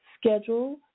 schedule